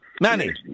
Manny